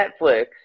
Netflix